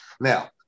Now